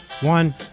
one